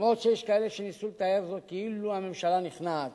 למרות שיש כאלה שניסו לתאר זאת כאילו הממשלה נכנעת.